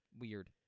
weird